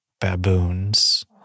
baboons